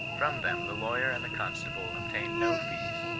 from them the lawyer and the constable obtained no fees.